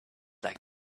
like